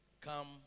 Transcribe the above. come